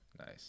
nice